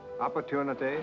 opportunity